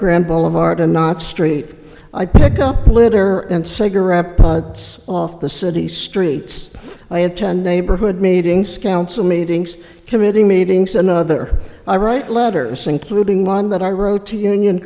graham boulevard and not st i pick up litter and cigarette pods off the city streets i attend neighborhood meetings council meetings committee meetings another i write letters including one that i wrote to union